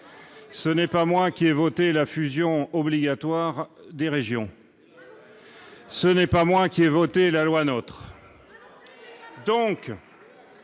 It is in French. Ce n'est pas moi qui ai voté la fusion obligatoire des régions. Moi non plus ! Ce n'est pas moi qui ai voté la loi NOTRe